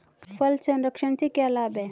फल संरक्षण से क्या लाभ है?